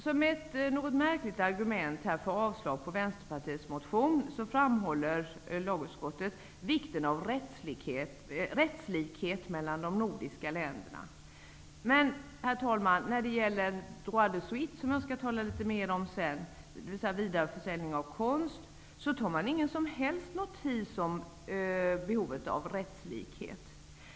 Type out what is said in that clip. Som ett något märkligt argument för avslag på Vänsterpartiets motion framhåller lagutskottet vikten av rättslikhet mellan de nordiska länderna. Men, herr talman, när det gäller droit de suite, dvs. vidareförsäljning av konst, som jag skall tala litet mer om sedan, tar man ingen som helst notis om behovet av rättslikheten.